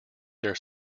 their